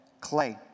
clay